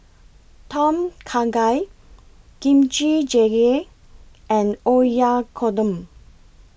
Tom Kha Gai Kimchi Jjigae and Oyakodon